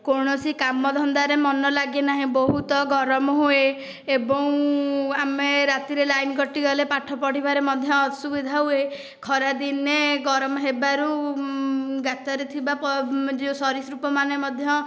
କୌଣସି କାମଧନ୍ଦାରେ ମନ ଲାଗେ ନାହିଁ ବହୁତ ଗରମ ହୁଏ ଏବଂ ଆମେ ରାତିରେ ଲାଇନ୍ କଟିଗଲେ ପାଠ ପଢ଼ିବାରେ ମଧ୍ୟ ଅସୁବିଧା ହୁଏ ଖରା ଦିନେ ଗରମ ହେବାରୁ ଗାତରେ ଥିବା ଯେଉଁ ସରୀସୃପମାନେ ମଧ୍ୟ